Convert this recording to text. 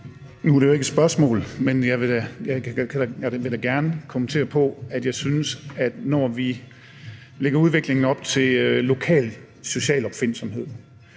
Nu var det jo ikke et spørgsmål, men jeg vil da gerne kommentere på det. Jeg synes, at når vi lader udviklingen ske lokalt ved hjælp af social opfindsomhed